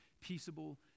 peaceable